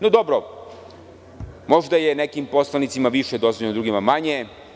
No, dobro, možda je nekim poslanicima više dozvoljeno, a drugima manje.